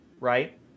right